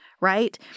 right